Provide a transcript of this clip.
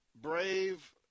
brave